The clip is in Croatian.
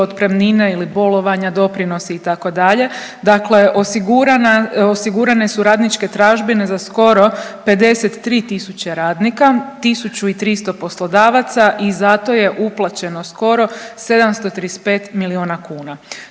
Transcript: otpremnine ili bolovanja, doprinosi, itd., dakle osigurane su radničke tražbine za skoro 53 tisuće radnika, 1300 poslodavaca i zato je uplaćeno skoro 735 milijuna kuna.